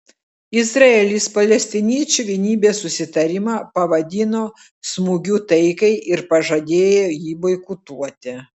izraelis palestiniečių vienybės susitarimą pavadino smūgiu taikai ir pažadėjo jį boikotuoti